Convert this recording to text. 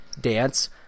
dance